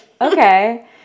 okay